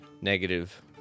negative